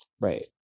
Right